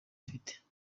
afite